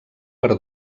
per